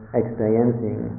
experiencing